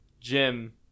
Jim